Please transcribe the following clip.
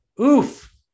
oof